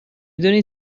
دونین